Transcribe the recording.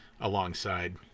alongside